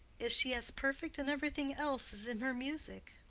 is she as perfect in every thing else as in her music?